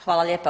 Hvala lijepa.